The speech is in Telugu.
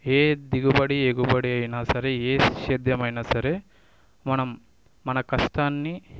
ఏ దిగుబడి ఎగుబడి అయినా సరే ఏ సేద్యం అయినా సరే మనం మన కష్టాన్ని